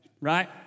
right